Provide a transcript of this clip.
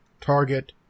target